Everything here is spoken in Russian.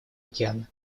океана